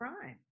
crime